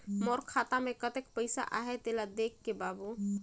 मोर खाता मे कतेक पइसा आहाय तेला देख दे बाबु?